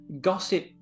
Gossip